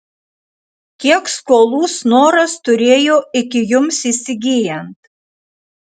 kiek skolų snoras turėjo iki jums įsigyjant